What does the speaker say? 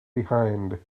behind